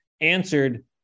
answered